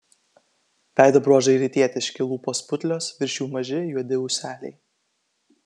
veido bruožai rytietiški lūpos putlios virš jų maži juodi ūseliai